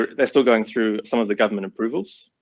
um they're still going through some of the government approvals,